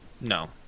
no